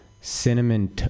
cinnamon